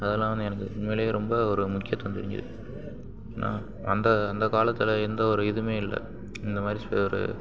அதலாம் வந்து எனக்கு உண்மையில் ரொம்ப ஒரு முக்கியத்துவம் தெரிஞ்சுது நான் அந்த அந்த காலத்தில் எந்த ஒரு இதுவுமே இல்லை இந்த மாதிரி சுவர்